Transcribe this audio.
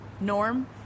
Norm